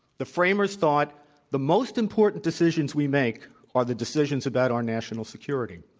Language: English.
the framers thought the most important decisions we make are the decisions about our national security.